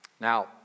Now